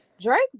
Drake